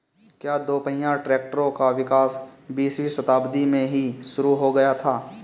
क्या दोपहिया ट्रैक्टरों का विकास बीसवीं शताब्दी में ही शुरु हो गया था?